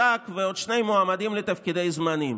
ועוד שני מועמדים לתפקידים זמניים.